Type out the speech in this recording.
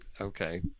okay